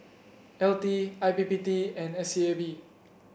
L T I P P T and S E A B